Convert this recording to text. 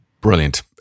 Brilliant